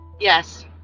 yes